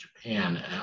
Japan